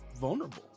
vulnerable